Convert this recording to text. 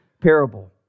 parable